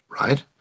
right